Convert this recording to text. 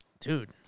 Dude